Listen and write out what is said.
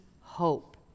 hope